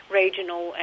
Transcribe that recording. regional